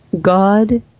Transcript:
God